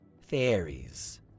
fairies